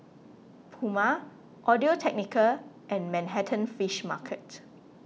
Puma Audio Technica and Manhattan Fish Market